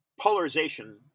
polarization